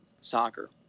soccer